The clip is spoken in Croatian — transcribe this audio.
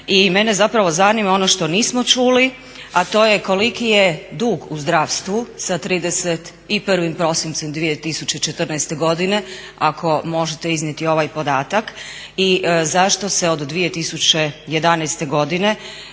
i mene zapravo zanima ono što nismo čuli, a to je koliki je dug u zdravstvu sa 31. prosincem 2014. godine ako možete iznijeti ovaj podatak, i zašto se od 2011. godine